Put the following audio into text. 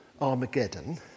Armageddon